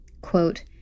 quote